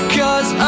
cause